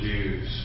Jews